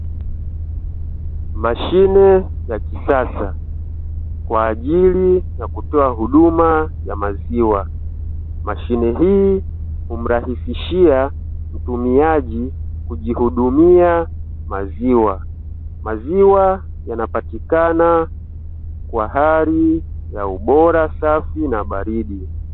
Mashine ya kisasa kwa ajili ya kutoa huduma ya maziwa, mashine hii humrahisishia mtumiaji kujihudumia maziwa. Maziwa yanapatikana kwa hali ya ubora, safi na baridi.